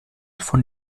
von